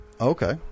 Okay